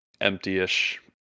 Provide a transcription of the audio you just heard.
empty-ish